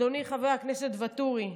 אדוני חבר הכנסת ואטורי,